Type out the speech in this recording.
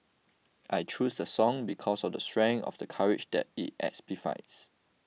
I choose the song because of the strength of the courage that it exemplifies